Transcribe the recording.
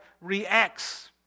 reacts